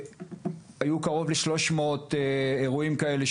היו קרוב ל- 300 אירועים כאלה,